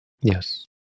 yes